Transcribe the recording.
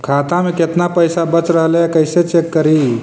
खाता में केतना पैसा बच रहले हे कैसे चेक करी?